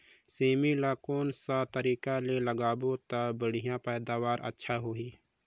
सेमी ला कोन सा तरीका ले लगाबो ता बढ़िया पैदावार अच्छा होही?